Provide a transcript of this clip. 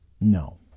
No